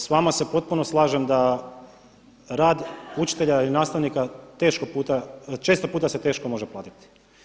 S vama se potpuno slažem da rad učitelja i nastavnika često puta se teško može platiti.